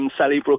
Sallybrook